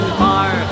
far